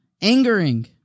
angering